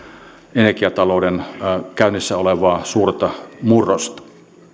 energiatalouden käynnissä olevaa suurta murrosta